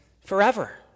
forever